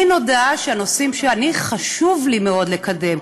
לי נודע שהנושאים שחשוב לי מאוד לקדם,